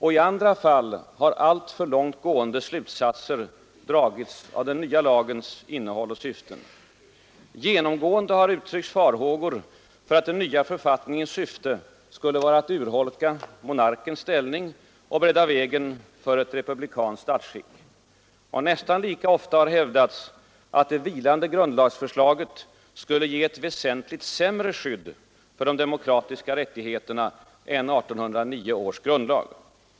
I andra fall har alltför långtgående slutsatser dragits av den nya lagens innehåll och syften. Genomgående har uttryckts farhågor för att den nya författningens syfte skulle vara att urholka monarkens ställning och att bredda vägen för ett republikanskt statsskick. Och nästan lika ofta har hävdats att det vilande grundlagsförslaget skulle ge ett väsentligt sämre skydd för de demokratiska rättigheterna än 1809 års grundlag.